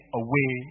away